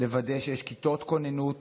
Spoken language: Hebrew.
לוודא שיש כיתות כוננות